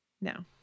No